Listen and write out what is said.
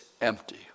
empty